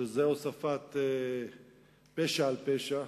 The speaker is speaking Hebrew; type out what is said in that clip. שזה הוספת פשע על פשע.